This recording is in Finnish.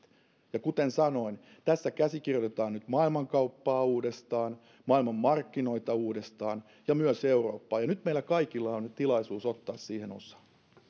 ja kuten sanoin tässä käsikirjoitetaan nyt maailmankauppaa uudestaan maailmanmarkkinoita uudestaan ja myös eurooppaa ja nyt meillä kaikilla on tilaisuus ottaa siihen osaa